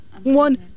One